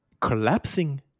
Collapsing